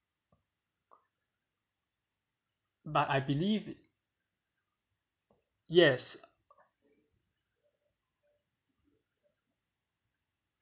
but I believe it yes